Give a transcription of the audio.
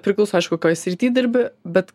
priklauso aišku kokioj srity dirbi bet